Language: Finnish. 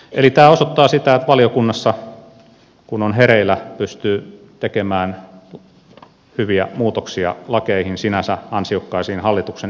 eli tämä osoittaa että valiokunnassa kun on hereillä pystyy tekemään hyviä muutoksia lakeihin sinänsä ansiokkaisiin hallituksen esityksiin